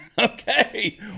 Okay